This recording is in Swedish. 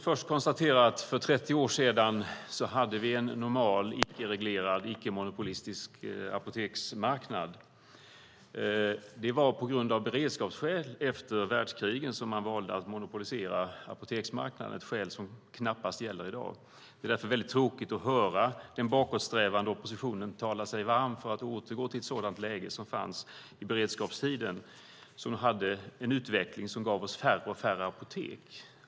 Fru talman! För 30 år sedan hade vi en icke-reglerad, icke-monopolistisk apoteksmarknad. Det var av beredskapsskäl efter världskrigen som man valde att monopolisera apoteksmarknaden, ett skäl som knappast är giltigt i dag. Det är därför tråkigt att höra den bakåtsträvande oppositionen tala sig varm för att återgå till det läge som fanns i beredskapstider med en utveckling som gav oss färre och färre apotek.